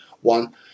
one